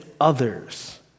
others